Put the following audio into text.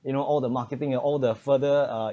you know all the marketing and all the further uh